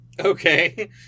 Okay